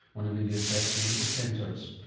one of india's best medical centres.